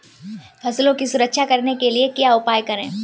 फसलों की सुरक्षा करने के लिए क्या उपाय करें?